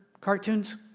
cartoons